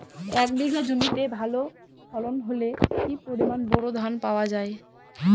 এক বিঘা জমিতে ভালো ফলন হলে কি পরিমাণ বোরো ধান পাওয়া যায়?